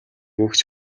өгч